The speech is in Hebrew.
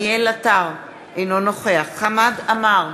אינו נוכח חמד עמאר,